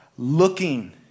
looking